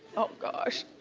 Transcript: oh gosh,